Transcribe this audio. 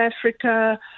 Africa